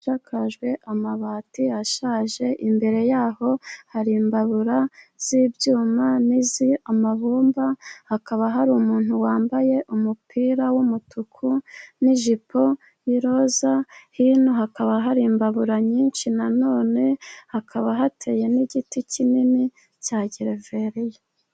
Inzu isakajwe amabati ashaje imbere yaho hari imbabura, z'ibyuma n'iz'amabumba, hakaba hari umuntu wambaye umupira w'umutuku n'ijipo y'iroza, hino hakaba hari imbabura nyinshi nanone hakaba hateye n'igiti kinini cya gereveriya.